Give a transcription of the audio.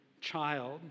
child